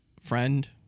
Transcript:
friend